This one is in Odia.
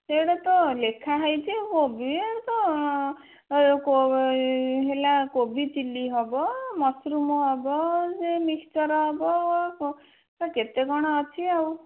ସେଇଟା ତ ଲେଖାହେଇଛି କୋବି ଏଇ ତ ହେଲା କୋବିଚିଲି ହେବ ମସ୍ରୁମ୍ ହେବ ସେ ମିକ୍ସଚର୍ ହେବ କେତେ କ'ଣ ଅଛି ଆଉ